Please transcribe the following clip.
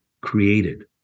created